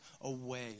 away